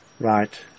Right